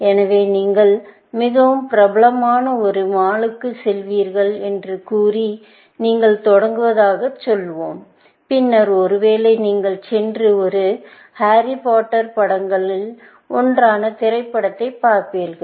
எனவே நீங்கள் மிகவும் பிரபலமான ஒரு மாலுக்குச் செல்வீர்கள் என்று கூறி நீங்கள் தொடங்குவதாகச் சொல்வோம் பின்னர் ஒருவேளை நீங்கள் சென்று ஒரு ஹாரி பாட்டர் படங்களில் ஒன்றான திரைப்படத்தைப் பார்ப்பீர்கள்